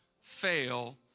fail